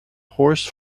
horse